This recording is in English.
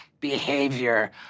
behavior